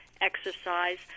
exercise